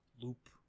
loop